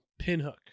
Pinhook